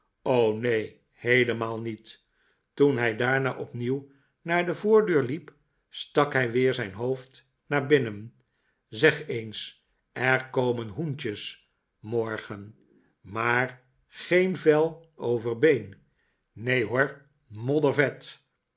o neen heelemaal niet toen hij daarna opnieuw naar de voordeur liep stak hij weer zijn hoofd naar binnen zeg eens er komen hoentjes morgen maar geen vel over been neen hoor